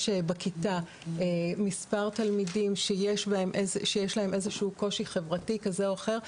בכיתה מספר תלמידים שיש להם איזשהו קושי חברתי כזה או אחר,